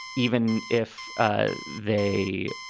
even if ah they.